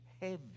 heavy